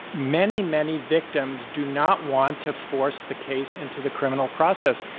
many, many victims do not want to force the case into the criminal process.